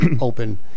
Open